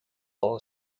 law